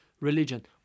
religion